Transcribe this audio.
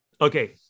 okay